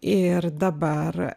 ir dabar